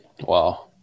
wow